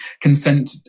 Consent